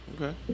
okay